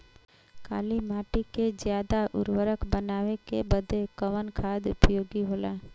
काली माटी के ज्यादा उर्वरक बनावे के बदे कवन खाद उपयोगी होला?